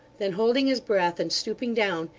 then holding his breath, and stooping down,